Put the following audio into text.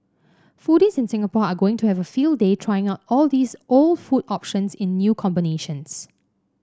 foodies in Singapore are going to have a field day trying out all these old food options in new combinations